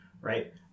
right